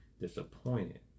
disappointed